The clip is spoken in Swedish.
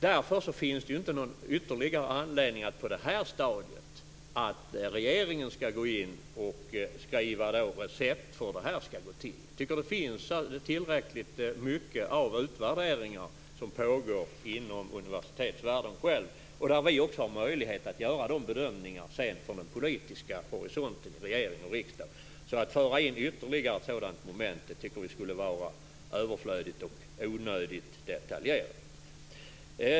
Därför finns det inte någon ytterligare anledning på detta stadium att regeringen skall gå in och skriva ett recept på hur det skall gå till. Jag tycker att det finns tillräckligt mycket av utvärderingar som pågår inom universitetsvärlden själv. Vi har sedan möjlighet att göra bedömningar från den politiska horisonten i regering och riksdag. Att föra in ytterligare ett sådant moment skulle vara överflödigt och onödigt detaljerat.